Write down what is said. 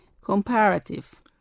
Comparative